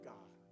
God